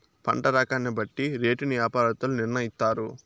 పంట రకాన్ని బట్టి రేటును యాపారత్తులు నిర్ణయిత్తారు